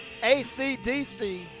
ACDC